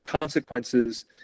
consequences